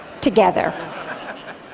together